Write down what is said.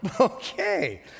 Okay